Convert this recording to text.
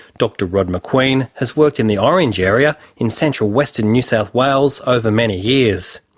dr rod macqueen has worked in the orange area, in central-western new south wales, over many years.